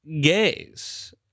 gays